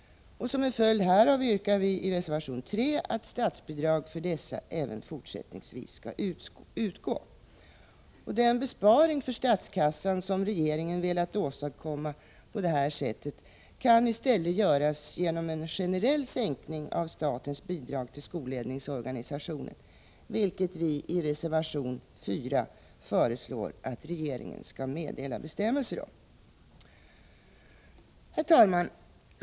Som en följd härav yrkar vi i reservation 3 att statsbidrag för dessa även fortsättningsvis skall utgå. Den besparing för statskassan som regeringen velat åstadkomma kan i stället göras genom en generell sänkning av statens bidrag till skolledningsorganisationen, vilket vi i reservation 4 föreslår att regeringen skall meddela Herr talman!